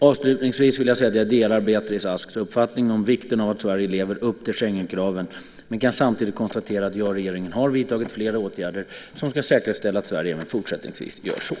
Avslutningsvis vill jag säga att jag delar Beatrice Asks uppfattning om vikten av att Sverige lever upp till Schengenkraven men kan samtidigt konstatera att jag och regeringen har vidtagit flera åtgärder som ska säkerställa att Sverige även fortsättningsvis gör så.